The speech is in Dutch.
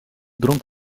dronk